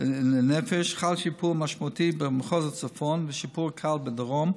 לנפש חל שיפור משמעותי במחוז הצפון ושיפור קל בדרום: